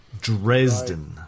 Dresden